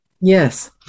Yes